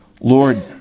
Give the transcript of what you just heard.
Lord